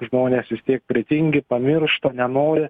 žmonės vis tiek pritingi pamiršta nenori